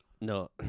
no